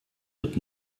wird